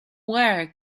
where